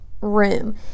room